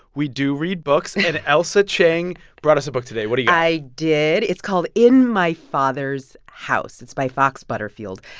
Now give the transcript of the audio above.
we do read books. and ailsa chang brought us a book today. what do you got? i did. it's called in my father's house. it's by fox butterfield,